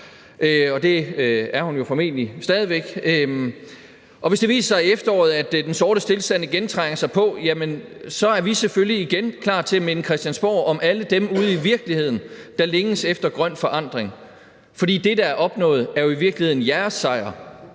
og det er hun jo formentlig stadig væk. Hvis det viser sig i efteråret, at den sorte stilstand igen trænger sig på, så er vi selvfølgelig igen klar til at minde Christiansborg om alle jer ude i virkeligheden, der længes efter grøn forandring. For det, der er opnået, er jo i virkeligheden jeres sejr,